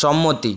সম্মতি